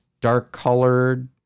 Dark-colored